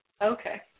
Okay